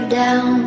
down